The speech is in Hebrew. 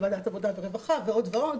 בוועדת העבודה והרווחה ועוד ועוד.